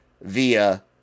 via